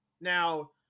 Now